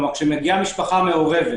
כלומר כשמגיעה משפחה מעורבת,